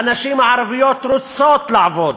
הנשים הערביות רוצות לעבוד,